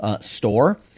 store